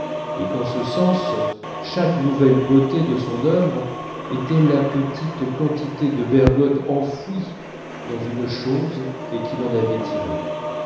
et qu'en ce sens chaque nouvelle beauté de son œuvre était la petite quantité de bergotte enfouie dans une chose et qu'il en avait tirée